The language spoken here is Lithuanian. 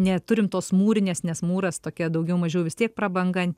neturim tos mūrinės nes mūras tokia daugiau mažiau vis tiek prabanga